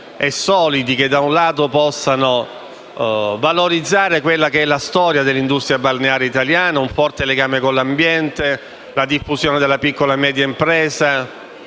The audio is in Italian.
e solidi che, da un lato, possano valorizzare la storia dell'industria balneare italiana (il forte legame con l'ambiente, la diffusione della piccola e media impresa,